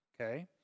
Okay